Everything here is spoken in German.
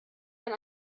man